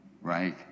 Right